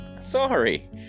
sorry